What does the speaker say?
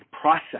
process